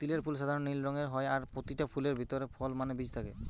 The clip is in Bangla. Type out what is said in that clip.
তিলের ফুল সাধারণ নীল রঙের হয় আর পোতিটা ফুলের ভিতরে ফল মানে বীজ থাকে